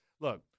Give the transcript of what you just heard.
Look